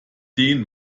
den